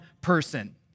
person